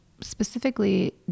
specifically